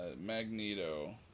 Magneto